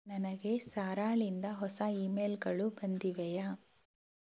ನನಗೆ ಸಾರಾಳಿಂದ ಹೊಸ ಇಮೇಲ್ಗಳು ಬಂದಿವೆಯಾ